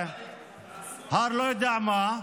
אני לא יודע מה,